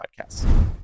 podcasts